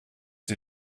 die